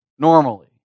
normally